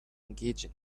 engaging